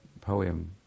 poem